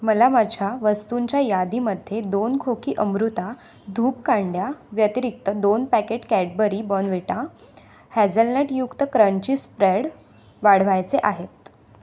मला माझ्या वस्तूंच्या यादीमध्ये दोन खोकी अमृता धूपकांड्या व्यतिरिक्त दोन पॅकेट कॅडबरी बॉनवेटा हॅझलनटयुक्त क्रंची स्प्रेड वाढवायचे आहेत